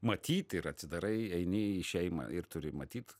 matyt ir atsidarai eini į šeimą ir turi matyt